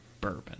bourbon